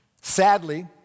Sadly